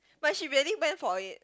but she really went for it